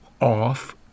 off